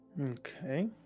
Okay